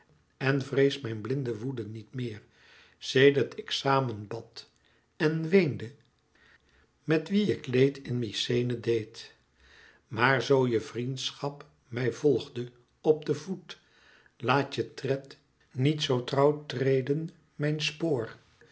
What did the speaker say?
en vrees mijn blinde woede niet meer sedert ik samen bad en weende met wie ik leed in mykenæ deed maar zoo je vriendschap mij volgde op den voet laat je tred niet zoo trouw treden mijn spoor